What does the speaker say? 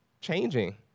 changing